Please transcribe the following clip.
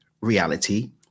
reality